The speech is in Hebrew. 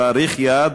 תאריך יעד,